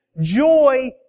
joy